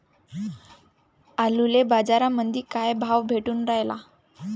आलूले बाजारामंदी काय भाव भेटून रायला?